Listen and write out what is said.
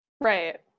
Right